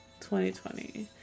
2020